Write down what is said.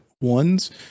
ones